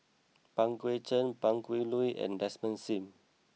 Pang Guek Cheng Pan Cheng Lui and Desmond Sim